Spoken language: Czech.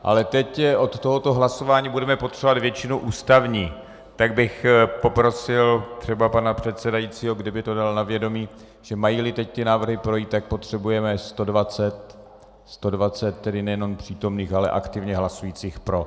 Ale teď od tohoto hlasování budeme potřebovat většinu ústavní, tak bych poprosil třeba pana předsedajícího, kdyby to dal na vědomí, že majíli teď ty návrhy projít, potřebujeme 120 nejenom přítomných, ale aktivně hlasujících pro.